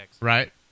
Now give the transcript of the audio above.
right